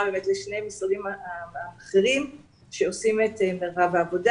לשני המשרדים האחרים שעושים את מרב העבודה.